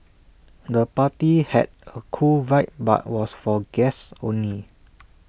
the party had A cool vibe but was for guests only